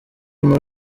muri